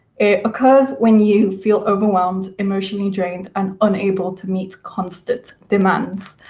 it occurs when you feel overwhelmed, emotionally drained, and unable to meet constant demands.